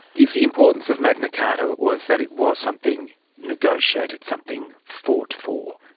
is the importance of magna carter was that it was something negotiated, something fought for?